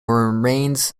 remains